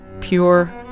pure